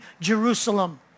Jerusalem